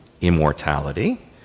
immortality